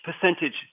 percentage